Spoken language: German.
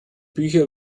bücher